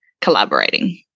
collaborating